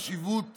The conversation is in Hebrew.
מעבר לחשיבות